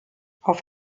auf